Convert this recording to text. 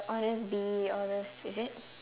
honestbee all those is it